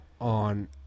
on